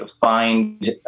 find